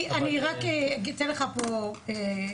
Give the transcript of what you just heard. אני אתן לך פה גיבוי.